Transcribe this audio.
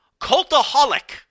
Cultaholic